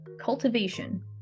cultivation